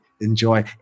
enjoy